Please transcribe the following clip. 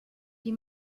die